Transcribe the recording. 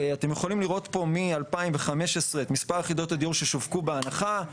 אתם יכולים לראות פה מ-2015 את מספר יחידות הדיור ששווקו בהנחה,